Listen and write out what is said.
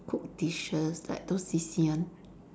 cook dishes like those C_C one